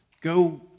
go